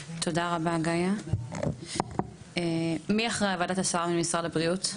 מי אחראי על ועדת הסל במשרד הבריאות?